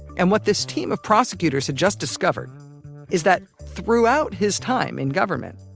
and what this team of prosecutors had just discovered is that throughout his time in government,